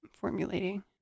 formulating